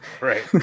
Right